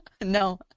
No